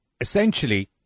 essentially